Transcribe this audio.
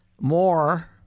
more